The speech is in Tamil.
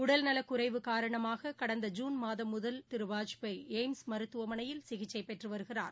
உடல்நலகுறைவு காரணமாககடன்த ஜூன் மாதம் முதல் திருவாஜ்பாய் எய்ம்ஸ் மருத்துவமனையில் சிகிச்சைபெற்றுவருகிறார்